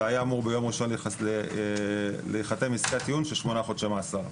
וביום ראשון היתה אמורה להיחתם עסקת טיעון של שמונה חודשי מאסר.